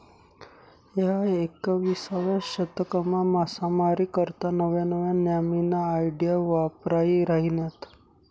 ह्या एकविसावा शतकमा मासामारी करता नव्या नव्या न्यामीन्या आयडिया वापरायी राहिन्यात